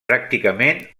pràcticament